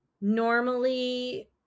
normally